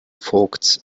vogts